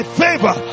favor